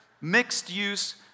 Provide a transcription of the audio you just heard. mixed-use